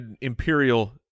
imperial